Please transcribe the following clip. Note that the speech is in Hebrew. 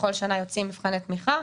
בכל שנה יוצאים מבחני תמיכה.